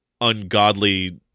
ungodly